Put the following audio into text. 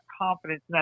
confidence